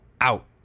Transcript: out